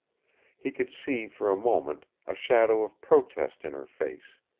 he could see, for a moment, a shadow of protest in her face,